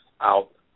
out